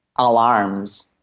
alarms